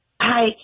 Hi